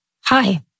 hi